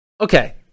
Okay